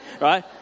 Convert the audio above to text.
right